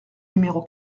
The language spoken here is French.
numéro